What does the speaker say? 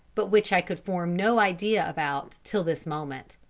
but which i could form no idea about till this moment.